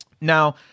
Now